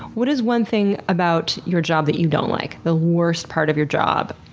what is one thing about your job that you don't like, the worst part of your job?